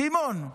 סימון,